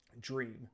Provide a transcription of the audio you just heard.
Dream